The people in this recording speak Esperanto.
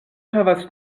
havas